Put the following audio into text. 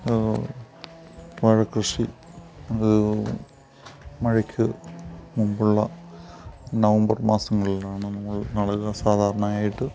വാഴ കൃഷി മഴയ്ക്ക് മുമ്പുള്ള നവംബർ മാസങ്ങളിലാണ് നമ്മൾ സാധാരണയായിട്ട്